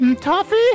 Toffee